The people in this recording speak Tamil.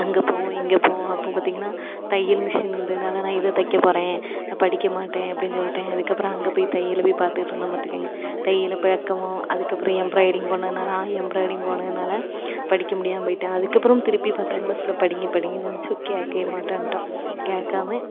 அங்கே போவோம் இங்கே போவோம் அப்போ பார்த்திங்கன்னா தையல் மிஷின் இருந்ததுனால நான் இதை தைக்க போகிறேன் படிக்க மாட்டேன் அப்படினு சொல்லிட்டேன் அதுக்கு அப்புறம் அங்கே போய் தையலை போய் பார்த்துக்கிட்டு இருந்தேன் பார்த்துக்கங்க தையலை பழக்கவும் அதுக்கு அப்புறம் எம்ராய்டிங் போனதுனால் ஆரி எம்ராய்டிங் போனதுனால் படிக்க முடியாமல் போயிட்டேன் அதுக்கு அப்புறமும் திருப்பி பத்தாம் க்ளாஸில் படிங்க படிங்கனு சொன்னுச்சுவோ கேட்கவே மாட்டோம்ன்டோம் கேட்காம